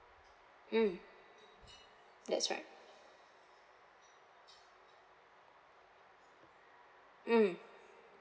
mm that's right mm